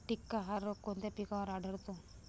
टिक्का हा रोग कोणत्या पिकावर आढळतो?